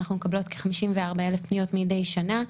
אנחנו מקבלות כ-54,000 פניות מדי שנה.